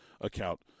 account